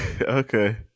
Okay